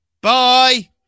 bye